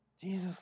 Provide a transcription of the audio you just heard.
Jesus